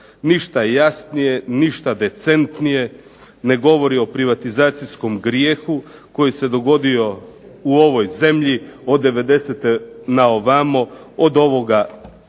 Ništa jasnije, ništa decentnije ne govori o privatizacijskom grijehu koji se dogodio u ovoj zemlji od '90-te ne ovamo, od ovoga